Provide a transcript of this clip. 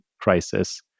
crisis